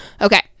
Okay